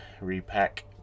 repack